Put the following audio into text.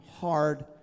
hard